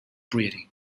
breeding